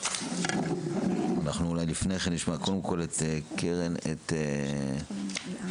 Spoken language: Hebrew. אולי נשמע קודם כל את קרן מליחי.